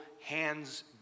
hands